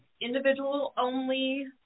individual-only